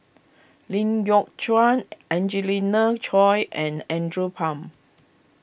Lee Yock Suan Angelina Choy and Andrew Phang